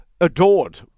adored